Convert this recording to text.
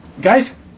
guys